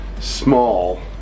small